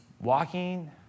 walking